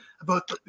about-